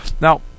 Now